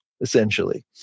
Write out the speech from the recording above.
essentially